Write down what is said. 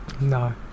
No